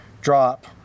drop